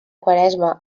quaresma